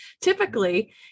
typically